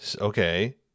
okay